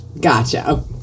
gotcha